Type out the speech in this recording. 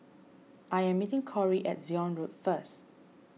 I am meeting Cory at Zion Road first